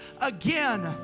again